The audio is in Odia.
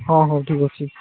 ହଁ ହଉ ଠିକ୍ ଅଛି